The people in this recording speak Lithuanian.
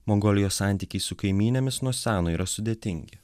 mongolijos santykiai su kaimynėmis nuo seno yra sudėtingi